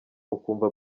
ukumva